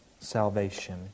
salvation